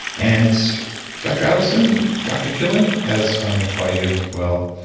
and dr. adelson, dr. killen as i'm going to call you well